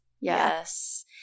Yes